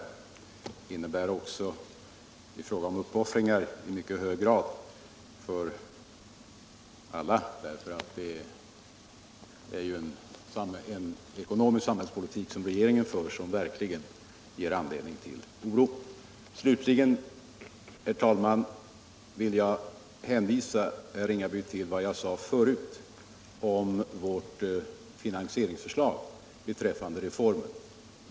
a. innebär det i mycket hög grad uppoffringar — inte minst för barnfamiljerna — därför att regeringen för en ekonomisk samhällspolitik som verkligen ger anledning till oro. Slutligen, herr talman, vill jag hänvisa herr Ringaby till vad jag sade förut om vårt finansieringsförslag beträffande reformen.